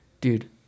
Dude